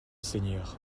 seigneur